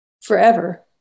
forever